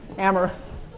amorous.